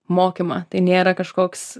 mokymą tai nėra kažkoks